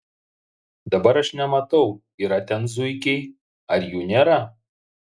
dabar aš nematau yra ten zuikiai ar jų nėra